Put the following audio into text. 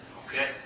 okay